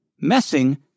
Messing